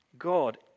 God